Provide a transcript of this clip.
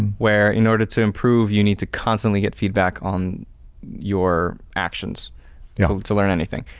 where in order to improve, you need to constantly get feedback on your actions yeah to learn anything.